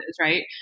right